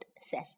says